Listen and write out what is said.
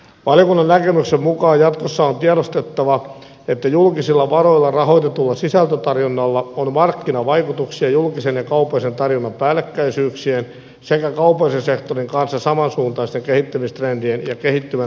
valiokunnan näkemyksen mukaan jatkossa on tiedostettava että julkisilla varoilla rahoitetulla sisältötarjonnalla on markkinavaikutuksia julkisen ja kaupallisen tarjonnan päällekkäisyyksien sekä kaupallisen sektorin kanssa samansuuntaisten kehittämistrendien ja kehittyvän teknologian seurauksena